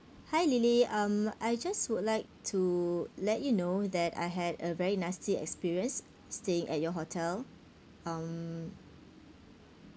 hi lily um I just would like to let you know that I had a very nasty experience staying at your hotel um